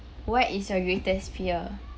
what is your greatest fear